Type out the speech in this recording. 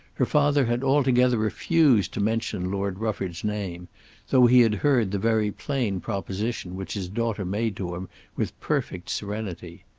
her father had altogether refused to mention lord rufford's name though he had heard the very plain proposition which his daughter made to him with perfect serenity.